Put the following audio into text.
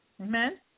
Amen